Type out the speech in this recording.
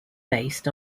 based